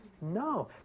No